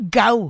go